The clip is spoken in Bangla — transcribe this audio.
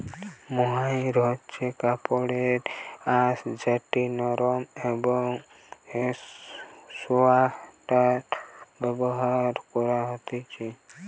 মোহাইর হচ্ছে কাপড়ের আঁশ যেটি নরম একং সোয়াটারে ব্যবহার করা হতিছে